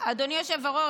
אדוני היושב-ראש,